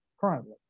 currently